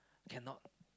cannot